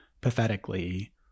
pathetically